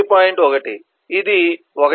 1 ఇది 1